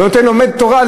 לומד תורה,